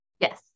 Yes